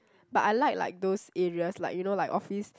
but I like like those areas like you know like office